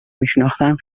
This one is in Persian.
میشناختم